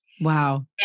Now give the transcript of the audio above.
wow